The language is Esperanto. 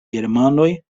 germanoj